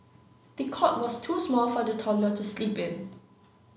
the cot was too small for the toddler to sleep in